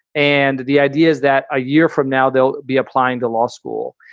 and the idea is that a year from now, they'll be applying to law school.